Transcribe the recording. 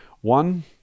one